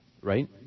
Right